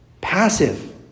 Passive